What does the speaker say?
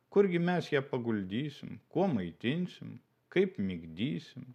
kurgi mes ją paguldysim kuom maitinsim kaip migdysim